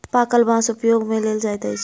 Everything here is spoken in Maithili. पाकल बाँस उपयोग मे लेल जाइत अछि